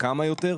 כמה יותר?